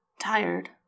Tired